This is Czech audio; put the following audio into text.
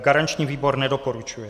Garanční výbor nedoporučuje.